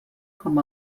com